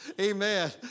Amen